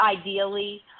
ideally